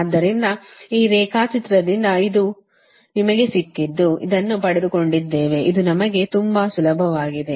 ಆದ್ದರಿಂದ ಈ ರೇಖಾಚಿತ್ರದಿಂದ ಇದು ಈ ರೇಖಾಚಿತ್ರದಿಂದ ನಿಮಗೆ ಸಿಕ್ಕಿದ್ದು ಇದನ್ನು ಪಡೆದುಕೊಂಡಿದ್ದೇವೆ ಇದು ನಮಗೆ ತುಂಬಾ ಸುಲಭವಾಗಿದೆ